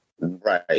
Right